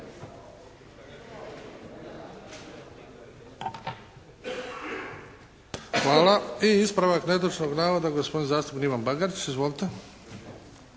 Hvala. I ispravak netočnog navoda, gospodin zastupnik Ivan Bagarić. Izvolite.